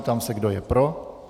Ptám se, kdo je pro.